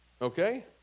Okay